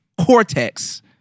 cortex